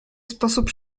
sposób